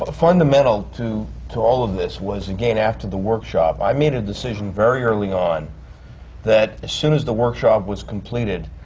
ah fundamental to to all of this was, again, after the workshop, i made a decision very early on that as soon as the workshop was completed,